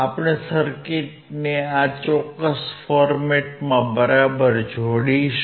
આપણે સર્કિટને આ ચોક્કસ ફોર્મેટમાં બરાબર જોડીશું